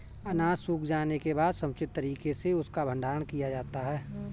अनाज सूख जाने के बाद समुचित तरीके से उसका भंडारण किया जाता है